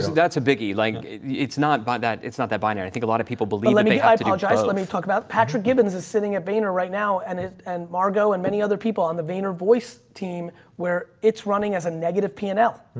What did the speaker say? that's a biggie. like it's not but that, it's not that binary. i think a lot of people believe, let me, i apologize, let me talk about patrick gibbons is sitting at vayner right now and, and margot and many other people on the vayner voice team where it's running as a negative p and l.